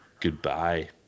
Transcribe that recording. goodbye